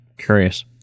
Curious